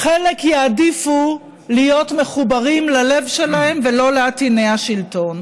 חלק יעדיפו להיות מחוברים ללב שלהם ולא לעטיני השלטון.